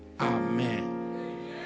Amen